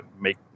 make